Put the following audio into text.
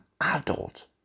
adult